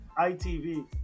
ITV